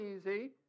easy